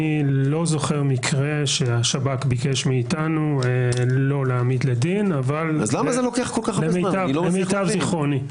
אני לא זוכר מקרה שהשב"כ ביקש מאיתנו לא להעמיד לדין למיטב זכרוני.